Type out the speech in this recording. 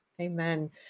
Amen